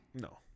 No